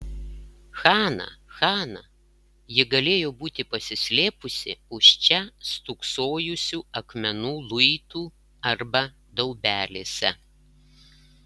hana hana ji galėjo būti pasislėpusi už čia stūksojusių akmenų luitų arba daubelėse